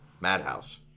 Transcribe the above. Madhouse